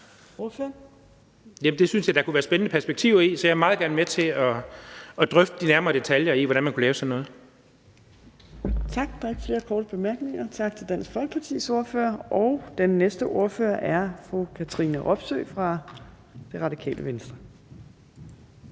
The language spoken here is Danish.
det synes jeg da at der kunne være nogle spændende perspektiver i, så jeg vil meget gerne være med til at drøfte de nærmere detaljer i, hvordan man kunne lave sådan noget. Kl. 12:15 Fjerde næstformand (Trine Torp): Der er ikke flere korte bemærkninger. Tak til Dansk Folkepartis ordfører. Og den næste ordfører er fru Katrine Robsøe fra Det Radikale Venstre.